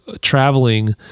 traveling